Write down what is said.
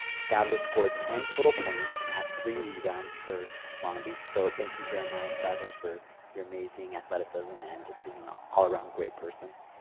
sadler scored ten total points, and had three rebounds for long beach. so, thank you, jeremiah sadler, for your amazing athleticism, and just being an all-around great person.